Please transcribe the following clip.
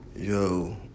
Yo